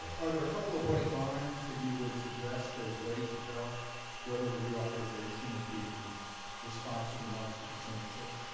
yeah are there a couple of bright lines that you would suggest as ways to tell whether a reauthorization is being responsive enough to concerns of choice?